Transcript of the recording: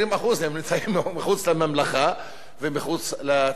נמצאים מחוץ לממלכה ומחוץ לציבור.